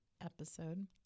episode